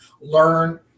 learn